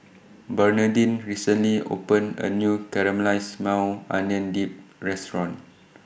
Bernadine recently opened A New Caramelized Maui Onion Dip Restaurant